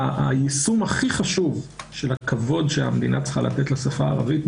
היישום הכי חשוב של הכבוד שהמדינה צריכה לתת לשפה הערבית,